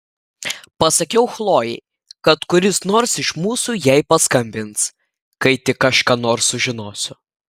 pasakiau chlojei kad kuris nors iš mūsų jai paskambins kai tik aš ką nors sužinosiu